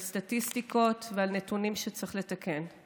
על סטטיסטיקות ועל נתונים שצריך לתקן.